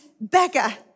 beggar